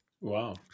Wow